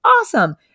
awesome